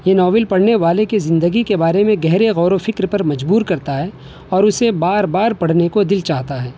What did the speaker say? یہ ناول پڑھنے والے کے زندگی کے بارے میں گہرے غور و فکر پرمجبور کرتا ہے اور اسے بار بار پڑھنے کو دل چاہتا ہے